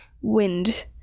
wind